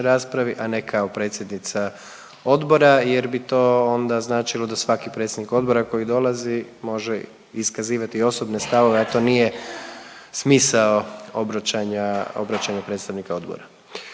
raspravi, a ne kao predsjednica odbora jer bi to onda značilo da svaki predsjednik odbora koji dolazi može iskazivati osobne stavove, a to nije smisao obraćanja predstavnika odbora.